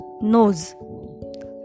nose